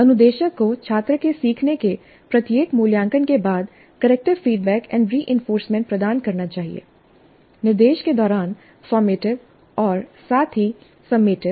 अनुदेशक को छात्र के सीखने के प्रत्येक मूल्यांकन के बाद करेक्टिव फीडबैक एंड रिइंफोर्समेंट प्रदान करना चाहिए निर्देश के दौरान फॉर्मेटिंव और साथ ही सम्मेटिव